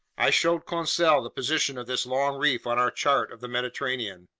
i showed conseil the position of this long reef on our chart of the mediterranean.